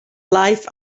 life